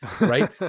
Right